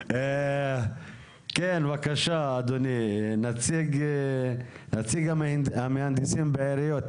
כן, בבקשה אדוני, נציג המהנדסים בעיריות.